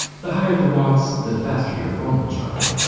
the higher the watts, the faster your phone will charge.